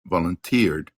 volunteered